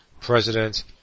president